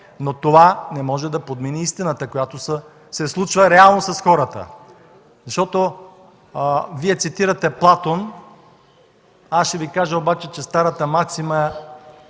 но това не може да промени истината, която се случва реално с хората. Вие цитирате Платон, аз ще Ви кажа, че старата латинска